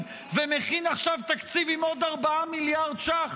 ומכין עכשיו תקציב עם עוד 4 מיליארד ש"ח